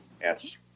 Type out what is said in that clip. Yes